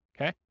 okay